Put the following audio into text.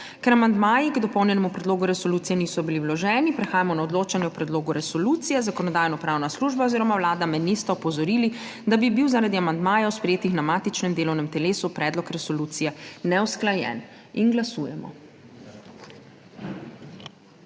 Ker amandmaji k dopolnjenemu predlogu resolucije niso bili vloženi, prehajamo na odločanje o predlogu resolucije. Zakonodajno-pravna služba oziroma Vlada me nista opozorili, da bi bil zaradi amandmajev, sprejetih na matičnem delovnem telesu, predlog resolucije neusklajen. Glasujemo.